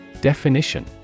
Definition